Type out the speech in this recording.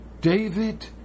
David